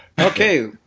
okay